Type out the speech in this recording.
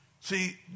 See